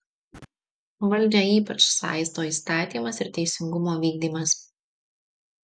valdžią ypač saisto įstatymas ir teisingumo vykdymas